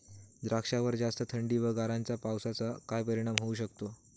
द्राक्षावर जास्त थंडी व गारांच्या पावसाचा काय परिणाम होऊ शकतो?